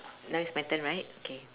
now is my turn right okay